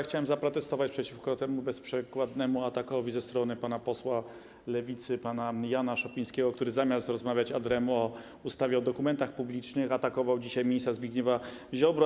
Chciałem zaprotestować przeciwko temu bezprzykładnemu atakowi ze strony pana posła Lewicy, pana Jana Szopińskiego, który zamiast rozmawiać ad rem o ustawie o dokumentach publicznych, atakował dzisiaj ministra Zbigniewa Ziobrę.